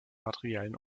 materiellen